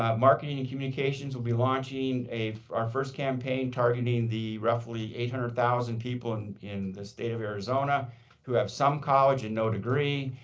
um marketing and communications will be launching our first campaign targeting the roughly eight hundred thousand people in in the state of arizona who have some college and no degree.